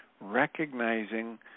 Recognizing